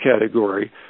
category